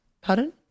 Pardon